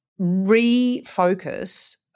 refocus